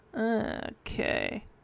Okay